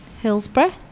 Hillsborough